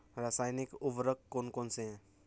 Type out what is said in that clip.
रासायनिक उर्वरक कौन कौनसे हैं?